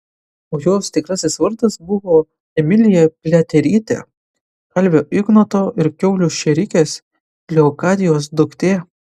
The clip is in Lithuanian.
o jos tikrasis vardas buvo emilija pliaterytė kalvio ignoto ir kiaulių šėrikės leokadijos duktė